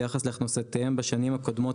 ביחס להכנסותיהם בשנים קודמות,